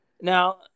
Now